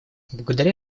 благодаря